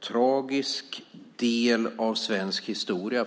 tragisk del av svensk historia.